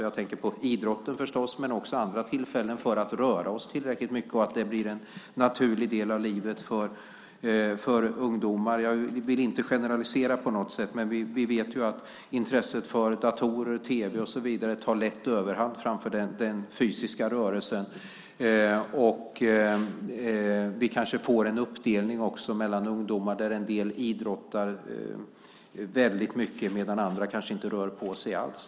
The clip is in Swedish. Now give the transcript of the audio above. Jag tänker förstås på idrotten men också på andra tillfällen för att vi ska kunna röra oss tillräckligt mycket. Det ska bli en naturlig del av livet för ungdomar. Jag vill inte generalisera på något sätt, men vi vet ju att intresset för datorer, tv och så vidare lätt tar överhand framför den fysiska rörelsen. Vi kanske också får en uppdelning mellan ungdomar där en del idrottar väldigt mycket medan andra inte rör på sig alls.